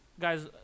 Guys